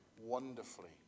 wonderfully